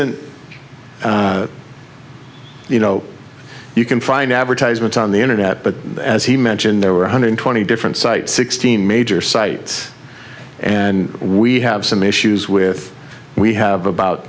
t you know you can find advertisements on the internet but as he mentioned there were one hundred twenty different sites sixteen major sites and we have some issues with we have about